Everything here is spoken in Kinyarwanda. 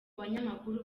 banyamakuru